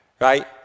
right